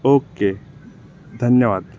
okay धन्यवाद